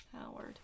Howard